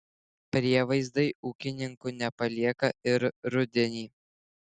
prievaizdai ūkininkų nepalieka ir rudenį